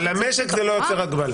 על המשק זה לא יוצר הגבלה,